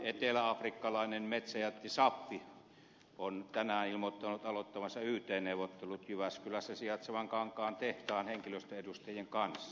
eteläafrikkalainen metsäjätti sappi on tänään ilmoittanut aloittavansa yt neuvottelut jyväskylässä sijaitsevan kankaan tehtaan henkilöstön edustajien kanssa